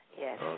yes